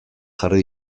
jarri